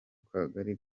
kagali